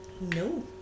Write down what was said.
No